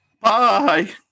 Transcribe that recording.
Bye